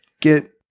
get